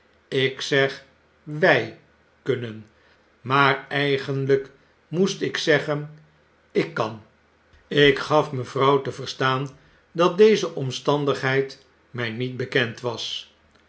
ik zeg wy kunnen maar eigenlyk moest ik zeggen ifc kan ik gaf mevrouw te verstaan dat deze omstandigheid my niet bekend was